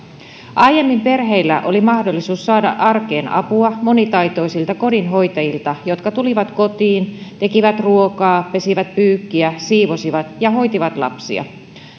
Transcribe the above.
aiemmin perheillä oli mahdollisuus saada arkeen apua monitaitoisilta kodinhoitajilta jotka tulivat kotiin tekivät ruokaa pesivät pyykkiä siivosivat ja hoitivat lapsia